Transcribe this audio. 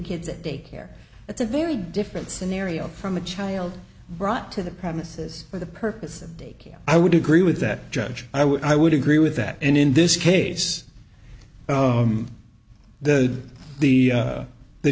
kids at daycare that's a very different scenario from a child brought to the premises for the purpose of daycare i would agree with that judge i would i would agree with that and in this case the the the